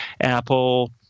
Apple